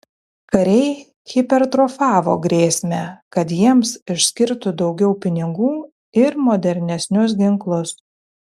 kariai hipertrofavo grėsmę kad jiems išskirtų daugiau pinigų ir modernesnius ginklus